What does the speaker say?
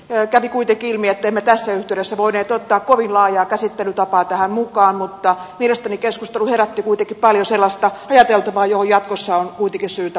kävi kuitenkin ilmi että emme tässä yhteydessä voineet ottaa kovin laajaa käsittelytapaa tähän mukaan mutta mielestäni keskustelu herätti kuitenkin paljon sellaista ajateltavaa johon jatkossa on kuitenkin syytä puuttua